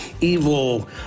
evil